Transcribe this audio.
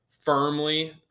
firmly